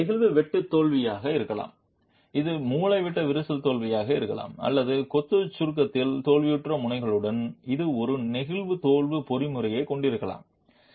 இது நெகிழ் வெட்டு தோல்வியாக இருக்கலாம் இது மூலைவிட்ட விரிசல் தோல்வியாக இருக்கலாம் அல்லது கொத்து சுருக்கத்தில் தோல்வியுற்ற முனைகளுடன் இது ஒரு நெகிழ்வு தோல்வி பொறிமுறையாக இருக்கலாம்